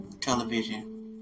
television